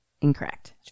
incorrect